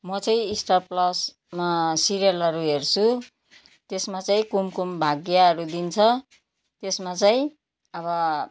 म चाहिँ स्टार प्लसमा सिरियलहरू हेर्छु त्यसमा चाहिँ कुमकुम भाग्यहरू दिन्छ त्यसमा चाहिँ अब